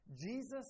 Jesus